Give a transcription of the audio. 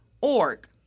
org